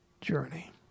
journey